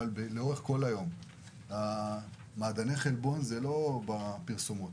אבל לאורך כל היום מעדני החלבון זה לא רק בפרסומות,